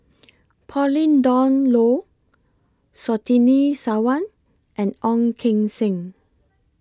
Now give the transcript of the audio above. Pauline Dawn Loh Surtini Sarwan and Ong Keng Sen